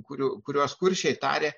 kurių kuriuos kuršiai tarė